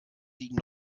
liegen